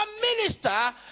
minister